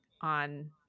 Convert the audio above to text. on